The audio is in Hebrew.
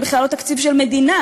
הוא בכלל לא תקציב של מדינה.